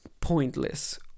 pointless